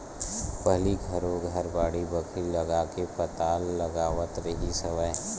पहिली घरो घर बाड़ी बखरी लगाके पताल लगावत रिहिस हवय